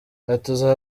ati